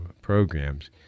programs